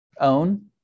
own